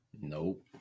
Nope